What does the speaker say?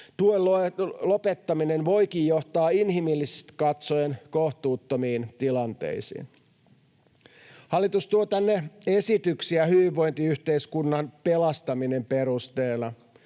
Tuen lopettaminen voikin johtaa inhimillisesti katsoen kohtuuttomiin tilanteisiin. Hallitus tuo tänne esityksiä perusteena hyvinvointiyhteiskunnan pelastaminen, mutta